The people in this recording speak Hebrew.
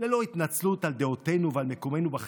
ללא התנצלות על דעותינו ועל מקומנו בחברה,